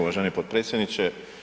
Uvaženi potpredsjedniče.